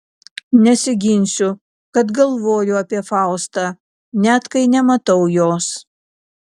nesiginsiu kad galvoju apie faustą net kai nematau jos